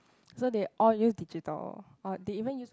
so they all use digital or they even use